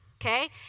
okay